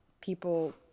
people